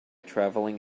traveling